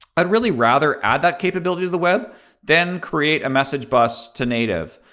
i'd really rather add that capability to the web than create a message bus to native.